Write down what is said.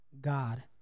God